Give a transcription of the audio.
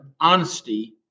honesty